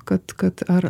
kad kad ar